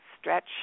stretch